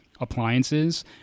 appliances